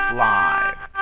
live